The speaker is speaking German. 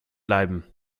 bleiben